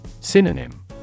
Synonym